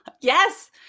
Yes